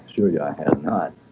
assure you i have not